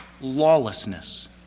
lawlessness